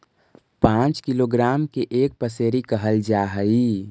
पांच किलोग्राम के एक पसेरी कहल जा हई